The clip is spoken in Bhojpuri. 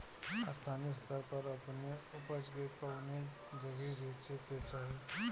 स्थानीय स्तर पर अपने ऊपज के कवने जगही बेचे के चाही?